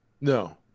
No